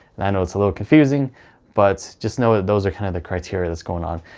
and i know it's a little confusing but just know that those are kind of the criteria that's going on.